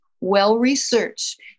well-researched